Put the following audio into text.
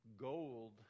gold